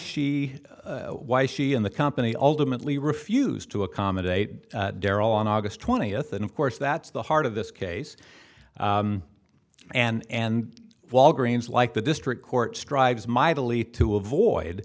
she why she in the company ultimately refused to accommodate darryl on august twentieth and of course that's the heart of this case and walgreens like the district court strives mightily to avoid